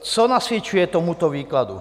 Co nasvědčuje tomuto výkladu?